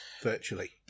virtually